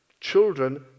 children